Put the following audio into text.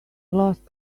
lost